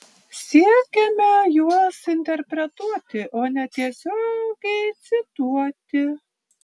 siekiame juos interpretuoti o ne tiesiogiai cituoti